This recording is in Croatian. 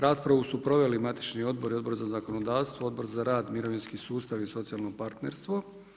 Raspravu su proveli matični odbor i Odbor za zakonodavstvo, Odbor za rad, mirovinski sustav i socijalno partnerstvo.